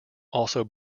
also